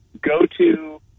go-to